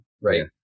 right